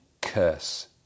curse